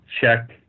check